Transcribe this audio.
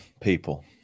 people